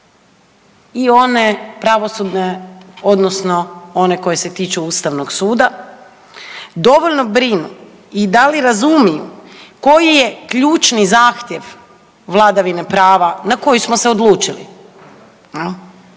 i one pravosudne odnosno koje se tiču Ustavnog suda dovoljno brinu i da li razumiju koji je ključni zahtjev vladavine prava na koju smo se odlučili,